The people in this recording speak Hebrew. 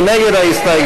מי נגד ההסתייגות?